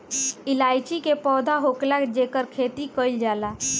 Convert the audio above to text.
इलायची के पौधा होखेला जेकर खेती कईल जाला